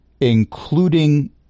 including